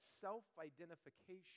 self-identification